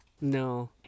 No